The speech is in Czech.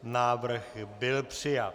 Návrh byl přijat.